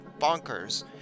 bonkers